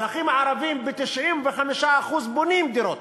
האזרחים הערבים ב-95% בונים דירות.